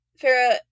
Farah